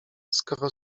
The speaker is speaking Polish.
skoro